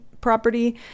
property